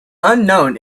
unknown